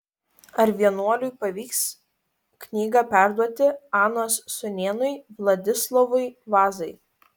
ar vienuoliui pavyks knygą perduoti anos sūnėnui vladislovui vazai